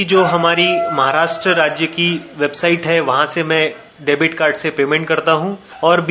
की जो हमारी महाराष्ट्र राज्य की वेबसाईट है मै डेबीट कार्ड से पेर्मेंट करता हूँ और बी